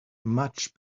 much